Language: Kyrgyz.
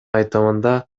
айтымында